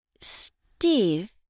Steve